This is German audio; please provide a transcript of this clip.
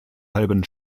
halben